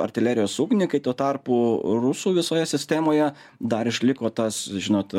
artilerijos ugnį kai tuo tarpu rusų visoje sistemoje dar išliko tas žinot